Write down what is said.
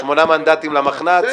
שמונה מנדטים למחנה הציוני.